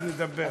אז נדבר.